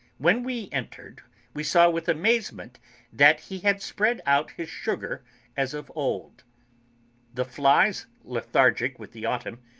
when we entered we saw with amazement that he had spread out his sugar as of old the flies, lethargic with the autumn,